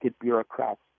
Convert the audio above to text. bureaucrats